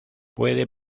puede